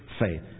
faith